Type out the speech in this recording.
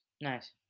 nice